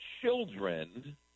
children